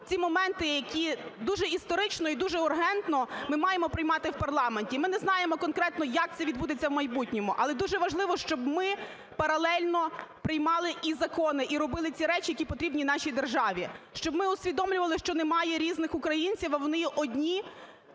ці моменти, які дуже історично і дужеургентно ми маємо приймати в парламенті. Ми не знаємо конкретно, як це відбудеться в майбутньому, але дуже важливо, щоб ми паралельно приймали і закони, і робили ці речі, які потрібні нашій державі. Щоб ми усвідомлювали, що немає різних українців, а вони є одні